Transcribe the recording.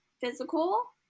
physical